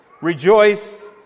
Rejoice